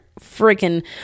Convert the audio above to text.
freaking